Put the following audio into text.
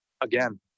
again